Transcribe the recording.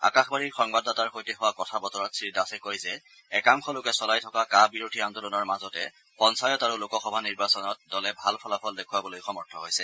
আকাশবাণীৰ সংবাদদাতাৰ সৈতে হোৱা কথা বতৰাত শ্ৰীদাসে কয় যে একাংশ লোকে চলাই থকা কা বিৰোধী আন্দোলনৰ মাজতে পঞ্চায়ত আৰু লোকসভা নিৰ্বাচনত দলে ভাল ফলাফল দেখুৱাবলৈ সক্ষম হৈছে